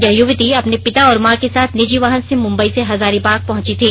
यह युवती अपने पिता और मां के साथ निजी वाहन से मुम्बई से हजारीबाग पहंची थी